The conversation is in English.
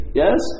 yes